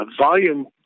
volume